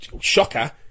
shocker